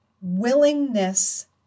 Willingness